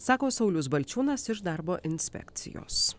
sako saulius balčiūnas iš darbo inspekcijos